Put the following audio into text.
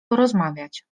porozmawiać